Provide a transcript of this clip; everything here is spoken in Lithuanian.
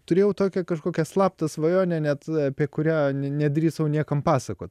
turėjau tokią kažkokią slaptą svajonę net apie kurią ne nedrįsau niekam pasakot